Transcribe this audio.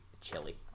chili